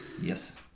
Yes